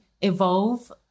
evolve